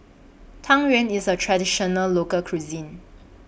Tang Yuen IS A Traditional Local Cuisine